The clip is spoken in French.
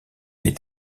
est